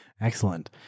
Excellent